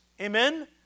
Amen